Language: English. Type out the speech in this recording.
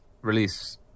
release